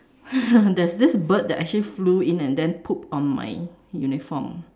there's this bird that actually flew in and then pooped on my uniform